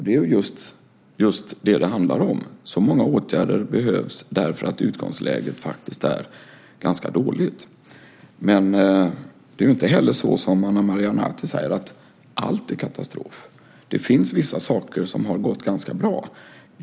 Det är just detta det handlar om: Så många åtgärder behövs därför att utgångsläget faktiskt är ganska dåligt. Det är dock inte heller så, som Ana Maria Narti säger, att allt är katastrof. Det finns vissa saker som har gått ganska bra.